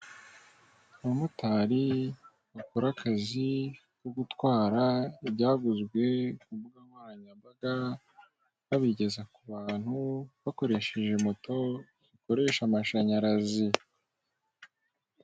Abamotari bakora akazi ko gutwara ibyaguzwe ku mbuga nkoranyambaga, babigeza ku bantu bakoresheje moto zikoresha amashanyarazi.